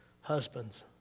Husbands